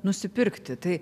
nusipirkti tai